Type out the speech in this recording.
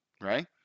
right